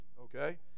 Okay